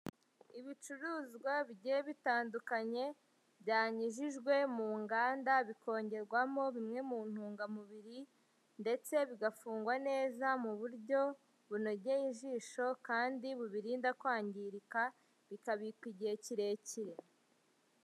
Ibicuruzwa bigiye bitandukanye, byanyujijwe mu nganda bikongerwamo bimwe mu ntungamubiri, ndetse bigafungwa neza mu buryo bunogeye ijisho kandi bubirinda kwangirika bikabikwa igihe kirekire.